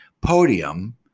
podium